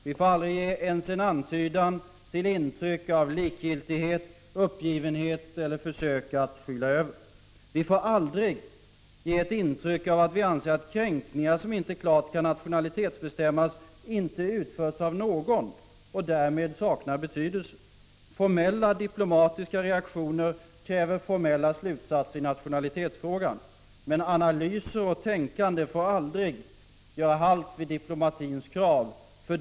Vi får aldrig ens ge en antydan av likgiltighet, uppgivenhet eller försök att skyla över. Vi får aldrig ge ett intryck av att vi anser att kränkningar som inte klart kan nationalitetsbestämmas inte utförts av någon, och således saknar betydelse. Formella diplomatiska reaktioner kräver formella slutsatser i nationalitetsfrågan. Men när det gäller analyser och tänkande får vi aldrig göra halt vid diplomatins krav.